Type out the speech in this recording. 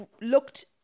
looked